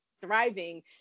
thriving